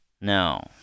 No